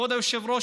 כבוד היושב-ראש,